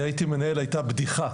כשהייתי מנהל הייתה בדיחה,